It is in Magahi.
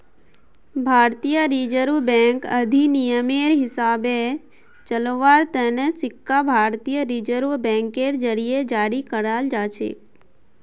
भारतीय रिजर्व बैंक अधिनियमेर हिसाबे चलव्वार तने सिक्का भारतीय रिजर्व बैंकेर जरीए जारी कराल जाछेक